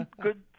good